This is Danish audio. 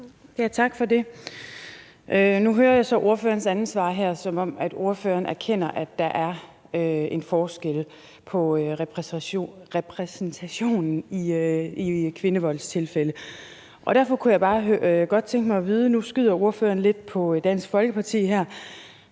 Britt Bager (V): Nu hører jeg så her ordførerens andet svar, som om ordføreren erkender, at der er en forskel på repræsentationen i kvindevoldstilfælde, og derfor kunne jeg bare godt tænke mig at vide – nu skyder ordføreren lidt på Dansk Folkeparti her